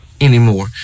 anymore